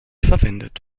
verwendet